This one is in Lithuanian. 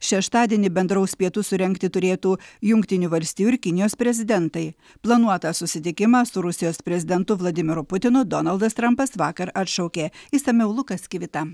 šeštadienį bendraus pietus surengti turėtų jungtinių valstijų ir kinijos prezidentai planuotą susitikimą su rusijos prezidentu vladimiru putinu donaldas trampas vakar atšaukė išsamiau lukas kivita